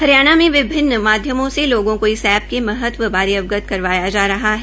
हरियाणा में विभिन्न माध्यमों से लोगों को इस एप्प के महत्व बारे अवगत करवाया जा रहा है